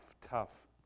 tough